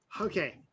okay